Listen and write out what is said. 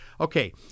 Okay